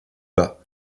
bas